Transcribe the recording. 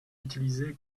utilisé